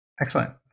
Excellent